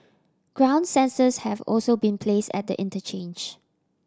ground sensors have also been place at the interchange